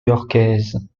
yorkaise